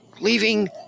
leaving